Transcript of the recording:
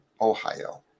Ohio